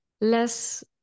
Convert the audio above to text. less